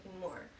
more